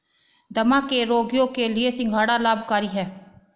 दमा के रोगियों के लिए सिंघाड़ा लाभकारी है